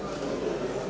Hvala.